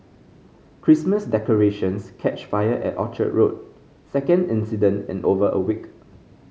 Christmas decorations catch fire at Orchard Road second incident in over a week